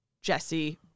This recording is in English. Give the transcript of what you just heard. Jesse